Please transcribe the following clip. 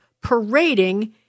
parading